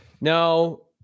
No